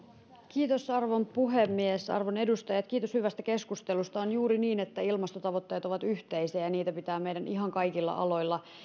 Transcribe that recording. kiitos arvon puhemies arvon edustajat kiitos hyvästä keskustelusta on juuri niin että ilmastotavoitteet ovat yhteisiä ja niitä pitää meidän ihan kaikilla aloilla